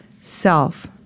self